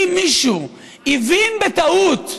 אם מישהו הבין בטעות,